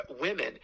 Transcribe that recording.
Women